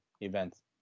events